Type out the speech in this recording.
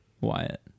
Wyatt